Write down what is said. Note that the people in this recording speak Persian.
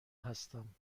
هستم